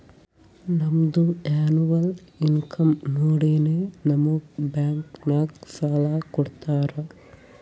ನಮ್ದು ಎನ್ನವಲ್ ಇನ್ಕಮ್ ನೋಡಿನೇ ನಮುಗ್ ಬ್ಯಾಂಕ್ ನಾಗ್ ಸಾಲ ಕೊಡ್ತಾರ